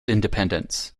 independence